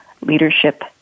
Leadership